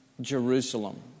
Jerusalem